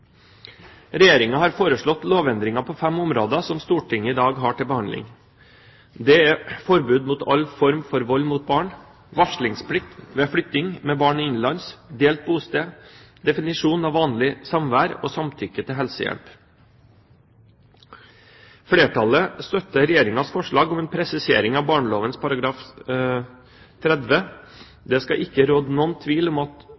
har foreslått lovendringer på fem områder, som Stortinget i dag har til behandling. Det er forbud mot all form for vold mot barn, varslingsplikt ved flytting med barn innenlands, delt bosted, definisjon av vanlig samvær og samtykke til helsehjelp. Flertallet støtter Regjeringens forslag om en presisering av barneloven § 30. Det skal ikke råde noen tvil om at